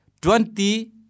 twenty